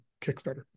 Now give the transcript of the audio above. Kickstarter